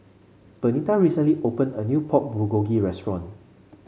Benita recently opened a new Pork Bulgogi Restaurant